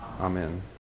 Amen